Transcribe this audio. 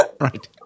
Right